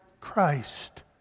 Christ